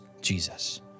Jesus